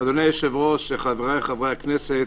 אדוני היושב-ראש, חבריי חברי הכנסת,